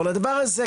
אבל הדבר הזה,